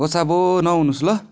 होस् अब नआउनुहोस् ल